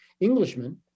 Englishmen